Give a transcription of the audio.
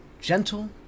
gentle